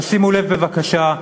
תשימו לב בבקשה,